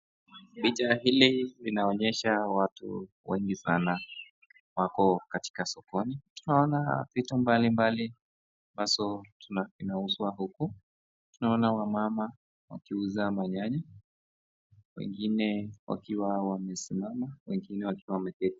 Picha hili linaonesha watu wengi sana wako katika sokoni. Tunaona vitu mbalimbali zinazo zinauzwa huku. Tunaona wamama wakiuza manyanya wengine wakiwa wamesimama wengine wakiwa wameketi.